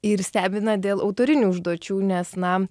ir stebina dėl autorinių užduočių nes na